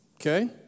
Okay